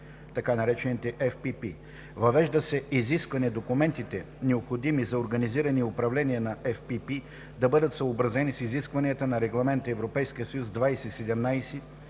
така наречените ФПП. Въвежда се изискване документите, необходими за организиране и управление на ФПП, да бъдат съобразени с изискванията на Регламент (ЕС) 2017/1131,